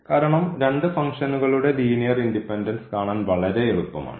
കാരണം രണ്ട് ഫംഗ്ഷനുകളുടെ ലീനിയർ ഇൻഡിപെൻഡൻസ് കാണാൻ വളരെ എളുപ്പമാണ്